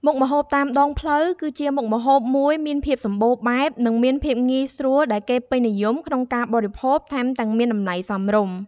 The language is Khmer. មុខម្ហូបតាមដងផ្លូវ គឺជាមុខម្ហូបមួយមានភាពសម្បូរបែប និងមានភាពងាយស្រួល ដែលគេពេញនិយមក្នុងការបរិភោគ ថែមទាំងមានតម្លៃសមរម្យ។